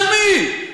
של מי?